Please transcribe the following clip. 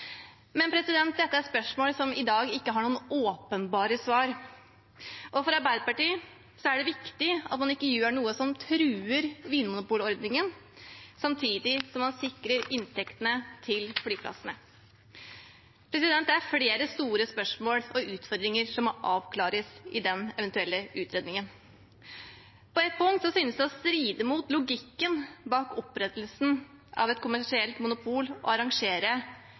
Men dette er spørsmål som i dag ikke har noen åpenbare svar. For Arbeiderpartiet er det viktig at man ikke gjør noe som truer vinmonopolordningen, samtidig som man sikrer inntektene til flyplassene. Det er flere store spørsmål og utfordringer som må avklares i den eventuelle utredningen. På ett punkt synes det å stride mot logikken bak opprettelsen av et kommersielt monopol å arrangere